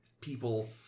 people